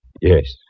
Yes